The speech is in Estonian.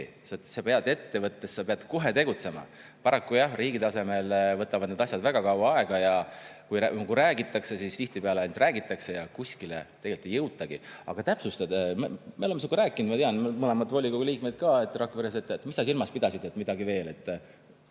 Sa pead ettevõttes kohe tegutsema. Paraku jah, riigi tasemel võtavad need asjad väga kaua aega. Ja kui räägitakse, siis tihtipeale ainult räägitakse ja kuskile tegelikult ei jõutagi. Aga täpsustada? Me oleme sinuga rääkinud, me mõlemad volikogu liikmed ka Rakveres – mida sa silmas pidasid, et midagi veel? Jah,